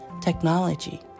technology